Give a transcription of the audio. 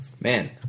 man